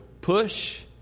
push